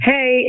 Hey